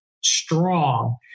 strong